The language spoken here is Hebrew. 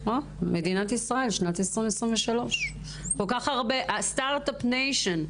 מדינת ישראל, שנת 2023, כל כך הרבה סטרטאפ ניישן.